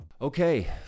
Okay